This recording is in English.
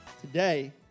today